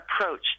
approach